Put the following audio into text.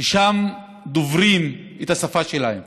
ששם דוברים את השפה שלהם.